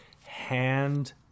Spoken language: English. hand